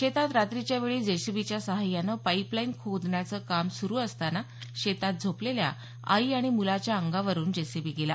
शेतात रात्रीच्या वेळी जेसीबीच्या साह्यानं पाईपलाईन खोदण्याचं काम सुरू असताना शेतात झोपलेल्या आई आणि आणि मुलाच्या अंगावरुन जेसीबी गेला